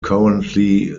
currently